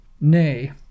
Nay